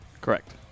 correct